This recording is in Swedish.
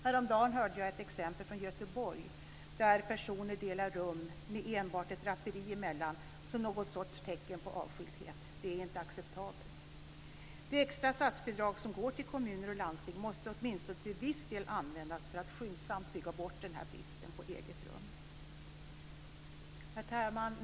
Häromdagen hörde jag ett exempel från Göteborg om att personer delar rum med enbart ett draperi emellan som något sorts tecken på avskildhet. Det är inte acceptabelt. De extra statsbidrag som går till kommuner och landsting måste åtminstone till en viss del användas för att skyndsamt bygga bort den här bristen på rum. Herr talman!